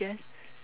~uess